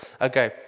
Okay